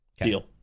Deal